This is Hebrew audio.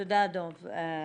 תודה חבר הכנסת דב חנין.